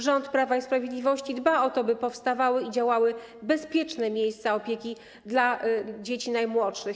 Rząd Prawa i Sprawiedliwości dba o to, by powstawały i działały bezpieczne miejsca opieki dla dzieci najmłodszych.